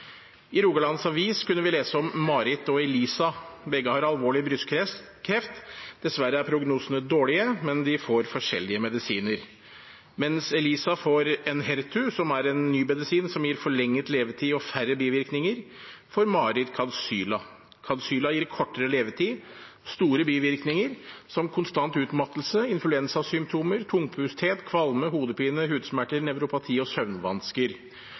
I Rogalands Avis kunne vi lese om Marit og Eliza. Begge har alvorlig brystkreft. Dessverre er prognosene dårlige, men de får forskjellige medisiner. Mens Eliza får Enhertu, som er en ny medisin som gir forlenget levetid og færre bivirkninger, får Marit Kadcyla. Kadcyla gir kortere levetid og store bivirkninger, som konstant utmattelse, influensasymptomer, tungpustethet, kvalme, hodepine, hudsmerter, nevropati og søvnvansker.